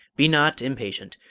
be not impatient.